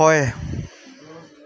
হয়